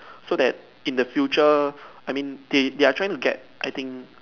so that in the future I mean they they are trying to get I think